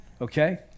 Okay